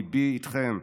ליבי אתכם,